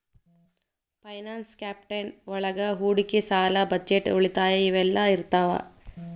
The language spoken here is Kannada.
ಫೈನಾನ್ಸ್ ಕಾನ್ಸೆಪ್ಟ್ ಒಳಗ ಹೂಡಿಕಿ ಸಾಲ ಬಜೆಟ್ ಉಳಿತಾಯ ಇವೆಲ್ಲ ಇರ್ತಾವ